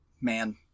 man